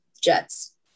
jets